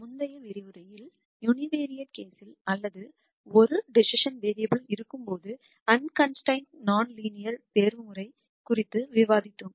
முந்தைய விரிவுரையில் யூனிவெரைட் கேஸ்யில் அல்லது ஒரே ஒரு டிசிசன் வேரியபுல் இருக்கும்போது அண்கன்ஸ்டிரெயின்டு நான் லீனியர் தேர்வுமுறை குறித்து விவரித்தோம்